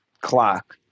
clock